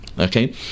Okay